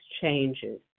changes